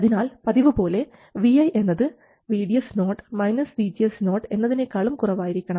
അതിനാൽ പതിവുപോലെ vi എന്നത് VDS0 VGS0 എന്നതിനേക്കാളും കുറവായിരിക്കണം